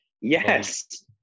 Yes